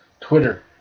Twitter